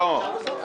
רבה, שלמה.